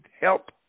help